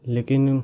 लेकिन